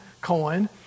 coin